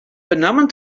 benammen